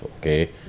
okay